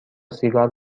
سیگار